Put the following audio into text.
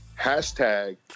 hashtag